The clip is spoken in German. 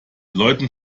leuten